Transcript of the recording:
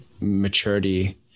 maturity